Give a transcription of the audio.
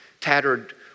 tattered